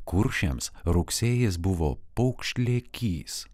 kuršiams rugsėjis buvo paukšlėkys